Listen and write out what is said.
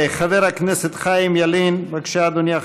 חבר הכנסת חיים ילין, בבקשה, אדוני.